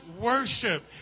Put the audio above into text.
worship